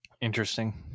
interesting